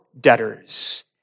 debtors